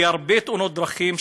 כי הרבה תאונות דרכים,